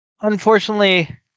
unfortunately